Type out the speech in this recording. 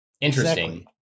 Interesting